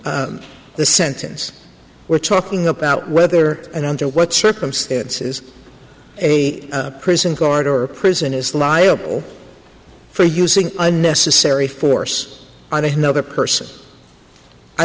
the sentence we're talking about whether and under what circumstances a prison guard or prison is liable for using unnecessary force on the another person i